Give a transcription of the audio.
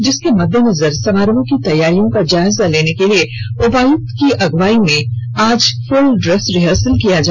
जिसके मद्देनजर समारोह की तैयारियों का जायजा लेने के लिए उपायुक्त की अगुवाई में आज फूल इेस रिहर्सल किया गया